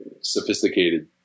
sophisticated